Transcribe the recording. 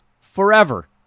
forever